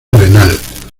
renal